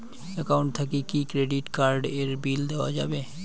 Account থাকি কি credit card এর বিল দেওয়া যাবে?